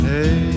Hey